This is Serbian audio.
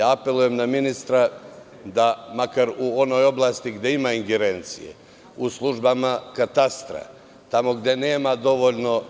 Apelujem na ministra da makar u onoj oblasti gde ima ingerencije, u službama katastra, tamo gde nema dovoljno